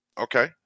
Okay